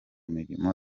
mirimo